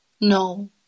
no